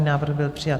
Návrh byl přijat.